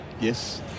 Yes